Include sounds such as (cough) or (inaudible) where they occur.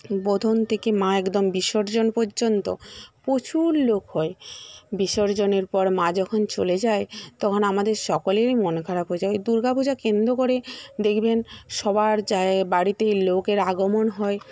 বোধন থেকে মা একদম বিসর্জন পর্যন্ত প্রচুর লোক হয় বিসর্জনের পর মা যখন চলে যায় তখন আমাদের সকলেরই মন খারাপ হয়ে যায় ওই দুর্গা পূজা কেন্দ্র করে দেখবেন সবার (unintelligible) বাড়িতেই লোকের আগমন হয়